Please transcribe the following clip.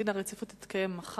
החלת דין הרציפות תתקיים מחר.